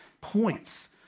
points